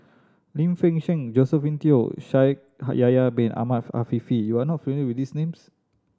Lim Fei Shen Josephine Teo Shaikh Yahya Bin Ahmed Afifi you are not familiar with these names